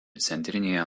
centrinėje